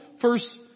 first